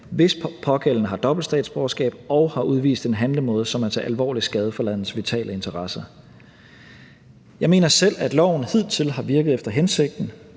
hvis den pågældende har dobbelt statsborgerskab og har udvist en handlemåde, som er til alvorlig skade for landets vitale interesser. Jeg mener selv, at loven hidtil har virket efter hensigten.